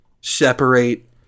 separate